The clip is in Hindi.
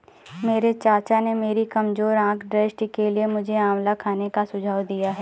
मेरे चाचा ने मेरी कमजोर आंख दृष्टि के लिए मुझे आंवला खाने का सुझाव दिया है